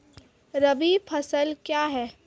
रबी फसल क्या हैं?